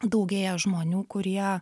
daugėja žmonių kurie